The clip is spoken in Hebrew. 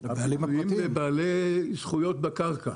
לבעלי זכויות בקרקע.